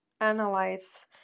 analyze